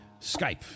Skype